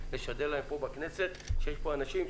האזרחים: לשדר להם פה בכנסת שיש פה אנשים,